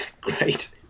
Great